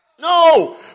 No